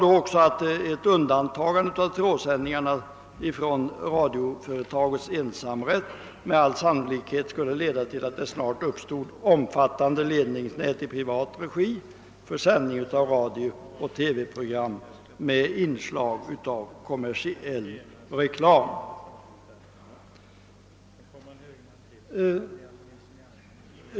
Ett undantagande av trådsändningarna från radioföretagets ensamrätt skulle med all sannolikhet leda till att det snart skulle uppstå omfattande ledningsnät i privat regi för sändning av radiooch TV program med inslag av kommersiell reklam.